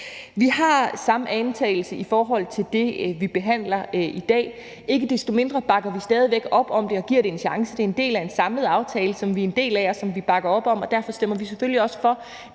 Vi har samme antagelse i forhold til det, vi behandler i dag. Ikke desto mindre bakker vi stadig væk op om det og giver det en chance. Det er en del af en samlet aftale, som vi er med i, og som vi bakker op om, og derfor stemmer vi selvfølgelig også for